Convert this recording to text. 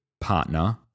partner